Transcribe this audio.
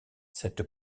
cette